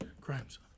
crimes